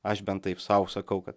aš bent taip sau sakau kad